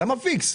למה פיקס?